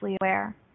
aware